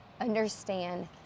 Understand